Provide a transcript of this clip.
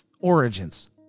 origins